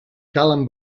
calen